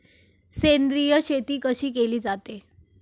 सेंद्रिय शेती कशी केली जाते?